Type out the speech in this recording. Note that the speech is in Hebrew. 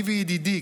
אני וידידי,